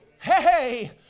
hey